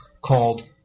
called